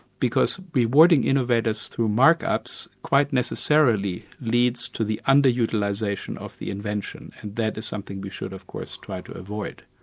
because we rewarding innovators through mark-ups, quite necessarily leads to the under-utilisation of the invention, and that is something we should of course try to avoid.